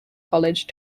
college